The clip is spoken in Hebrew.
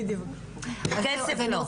כסף לא.